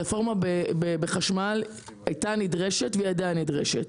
הרפורמה בחשמל היתה נדרשת והיא עדיין נדרשת.